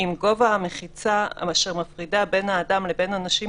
עם גובה המחיצה אשר מפרידה בין האדם לבין אנשים